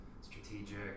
strategic